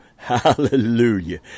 Hallelujah